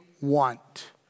want